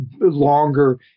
longer